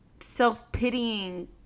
self-pitying